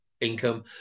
income